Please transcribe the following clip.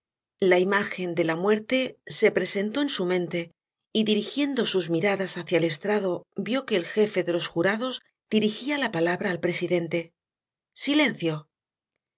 book search generated at muerte se presentó en su mente y dirijiendo sus miradas hacia el estrado vio que el jefe de los jurados dirijia la palabra al presidente silencio